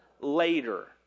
later